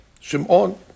Shimon